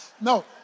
No